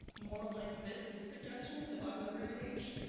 more like this suggestion at the bottom of every page.